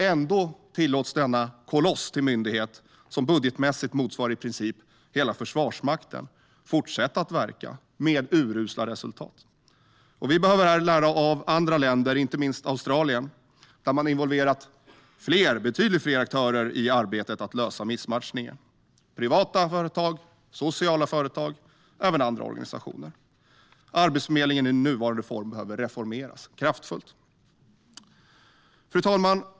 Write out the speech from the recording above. Ändå tillåts denna koloss till myndighet, som budgetmässigt motsvarar i princip hela Försvarsmakten, fortsätta att verka med urusla resultat. Vi behöver lära av andra länder, inte minst Australien, där man involverat betydligt fler aktörer i arbetet med att lösa missmatchningen - privata företag, sociala företag och även andra organisationer. Arbetsförmedlingen i nuvarande form behöver reformeras kraftfullt. Fru talman!